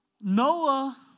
Noah